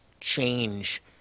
change